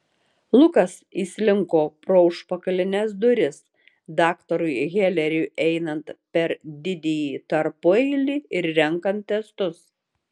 lukas įslinko pro užpakalines duris daktarui heleriui einant per didįjį tarpueilį ir renkant testus